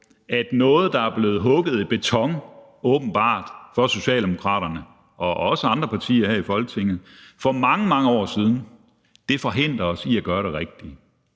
at noget, der er blevet støbt i beton for Socialdemokraterne og også andre partier her i Folketinget for mange, mange år siden, åbenbart forhindrer os i at gøre det rigtige.